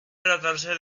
tratarse